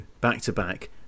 back-to-back